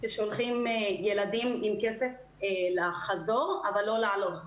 ששולחים ילדים עם כסף לחזור אבל לא להלוך,